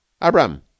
Abram